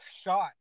shot